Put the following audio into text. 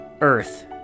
earth